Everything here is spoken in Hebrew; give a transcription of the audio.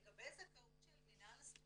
לגבי זכאות של מינהל הסטודנטים,